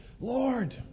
Lord